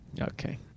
okay